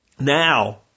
Now